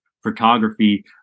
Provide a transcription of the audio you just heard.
Photography